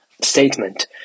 statement